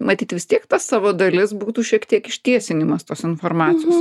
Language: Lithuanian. matyt vis tiek tas savo dalis būtų šiek tiek ištiesinimas tos informacijos